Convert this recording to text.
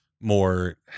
more